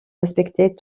respecter